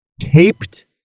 taped